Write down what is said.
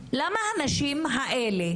למה הנשים האלה